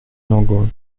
многого